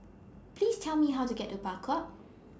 Please Tell Me How to get to Bakau